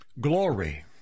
Glory